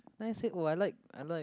the I said oh I like I like